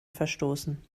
verstoßen